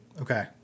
Okay